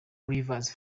rivers